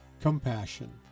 compassion